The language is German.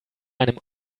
einem